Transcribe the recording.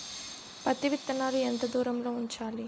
పత్తి విత్తనాలు ఎంత దూరంలో ఉంచాలి?